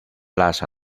las